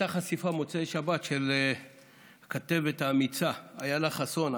הייתה חשיפה במוצאי שבת של הכתבת האמיצה אילה חסון,